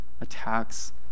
attacks